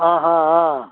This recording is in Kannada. ಆಂ ಹಾಂ ಹಾಂ